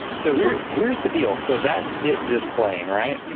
so here's here's the deal. so that's it just playing, right? and